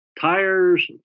tires